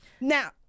Now